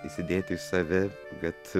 įsidėti į save kad